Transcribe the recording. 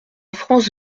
france